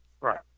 right